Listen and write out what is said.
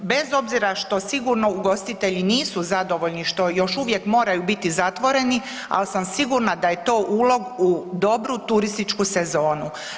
Bez obzira što sigurno ugostitelji nisu zadovoljni što još uvijek moraju biti zatvoreni, ali sam sigurna da je to ulog u dobru turističku sezonu.